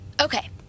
Okay